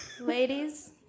Ladies